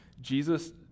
Jesus